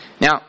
Now